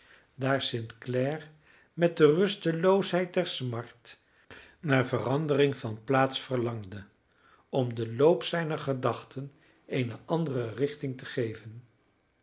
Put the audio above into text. daar st clare met de rusteloosheid der smart naar verandering van plaats verlangde om den loop zijner gedachten eene andere richting te geven